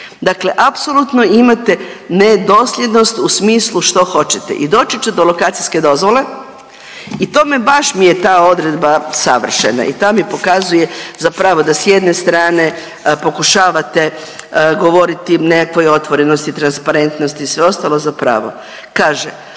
Dakle, apsolutno imate nedosljednost u smislu što hoćete. I doći ću do lokacijske dozvole i to me, baš mi je ta odredba savršena i ta mi pokazuje zapravo da s jedne strane pokušavate govoriti o nekakvoj otvorenosti, transparentnosti i sve ostalo. Zapravo